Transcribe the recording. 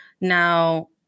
now